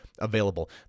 available